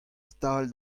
stal